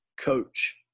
coach